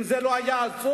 אם זה לא היה עצוב,